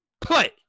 play